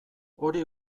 hori